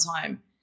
time